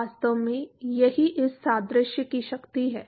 वास्तव में यही इस सादृश्य की शक्ति है